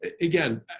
again